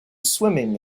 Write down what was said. swimming